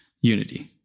unity